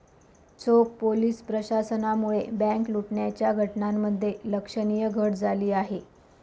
चोख पोलीस प्रशासनामुळे बँक लुटण्याच्या घटनांमध्ये लक्षणीय घट झाली आहे